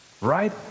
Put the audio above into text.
Right